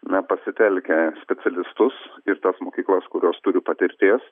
na pasitelkę specialistus ir tas mokyklas kurios turi patirties